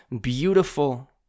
beautiful